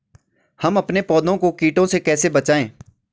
हम अपने पौधों को कीटों से कैसे बचाएं?